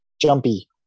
Jumpy